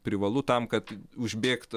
privalu tam kad užbėgt